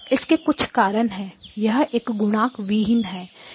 इसके कुछ कारण है यह एक गुणक विहीन है